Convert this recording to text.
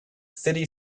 city